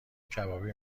کبابی